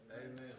Amen